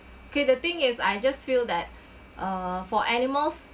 okay the thing is I just feel that uh for animals